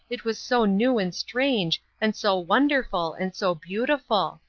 it was so new and strange and so wonderful and so beautiful!